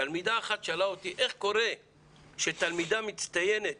תלמידה אחת שאלה אותי 'איך קורה ש תלמידה מצטיינת